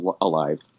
alive